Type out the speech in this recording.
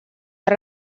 per